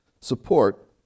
Support